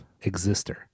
Exister